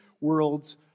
worlds